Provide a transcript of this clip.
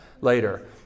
later